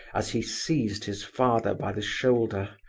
as he seized his father by the shoulder.